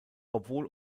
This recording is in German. obwohl